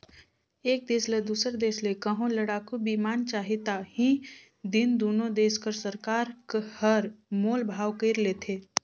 एक देस ल दूसर देस ले कहों लड़ाकू बिमान चाही ता ही दिन दुनो देस कर सरकार हर मोल भाव कइर लेथें